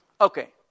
Okay